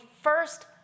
first